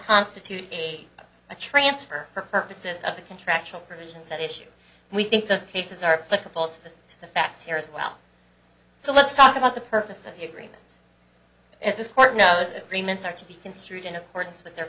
constitute be a transfer for purposes of the contractual provisions at issue and we think those cases are flexible to the to the facts here as well so let's talk about the purpose of the agreement as this court knows agreements are to be construed in accordance with their